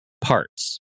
parts